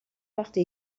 وقتی